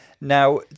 Now